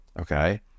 okay